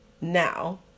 now